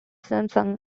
samsung